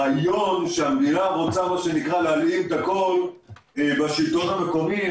הרעיון שהמדינה רוצה להלאים הכול בשלטון המקומי,